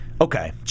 Okay